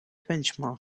benchmark